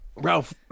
Ralph